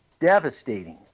devastating